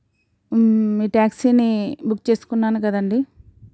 మీ టాక్సీని బుక్ చేసుకున్నాను కదండి